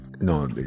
No